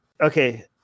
okay